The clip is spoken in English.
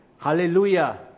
Hallelujah